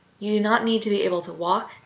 you do not need to be able to walk,